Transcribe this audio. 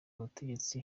abategetsi